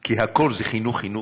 כי הכול זה חינוך, חינוך,